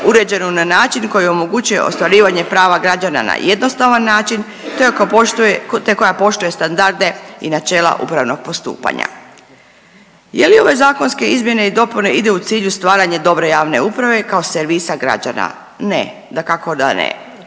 uređenu na način koji omogućuje ostvarivanje prava građana na jednostavan način te koja poštuje standarde i načela upravnog postupanja. Je li ove zakonske izmjene i dopune ide u cilju stvaranja dobre javne uprave kao servisa građana? Ne, dakako da ne.